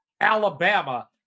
Alabama